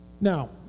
Now